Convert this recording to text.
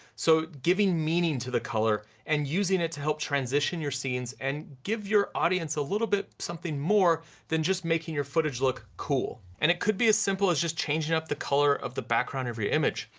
so giving meaning to the color and using it to help transition your scenes and give your audience a little bit something more than just making your footage look cool. and it could be as simple as just changing up the color of the background of your image.